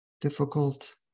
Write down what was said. difficult